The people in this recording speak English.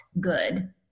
good